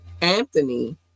anthony